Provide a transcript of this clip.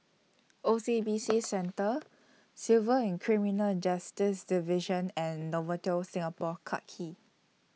O C B C Centre Civil and Criminal and Justice Division and Novotel Singapore Clarke Quay